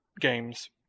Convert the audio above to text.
games